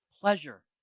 pleasure